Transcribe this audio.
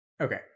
Okay